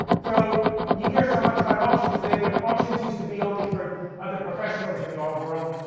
so you hear so much about auctions today, but auctions used to be only for other professionals in the art world.